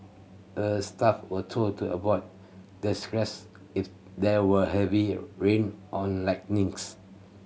all staff were told to avoid that stretch if there were heavy rain or lightnings